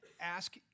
ask